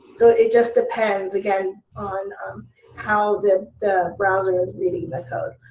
so it just depends, again, on um how the the browser is reading the code.